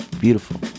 Beautiful